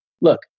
look